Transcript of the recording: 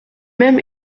même